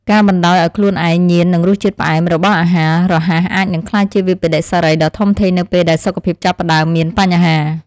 ការបណ្តោយឲ្យខ្លួនឯងញៀននឹងរសជាតិផ្អែមរបស់អាហាររហ័សអាចនឹងក្លាយជាវិប្បដិសារីដ៏ធំធេងនៅពេលដែលសុខភាពចាប់ផ្តើមមានបញ្ហា។